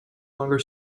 longer